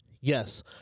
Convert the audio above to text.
Yes